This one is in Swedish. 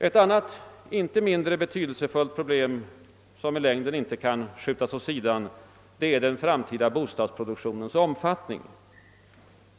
Ett annat, inte mindre betydelsefullt problem som i längden inte kan skjutas åt sidan, är den framtida bostadsproduktionens omfattning.